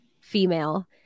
female